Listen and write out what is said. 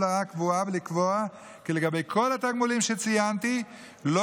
להוראה קבועה ולקבוע כי לגבי כל התגמולים שציינתי לא